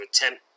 attempt